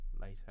later